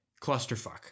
clusterfuck